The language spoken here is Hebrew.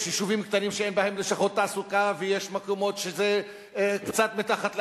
יש יישובים קטנים שאין בהם לשכות תעסוקה ויש מקומות שזה קצת מתחת ל-10%,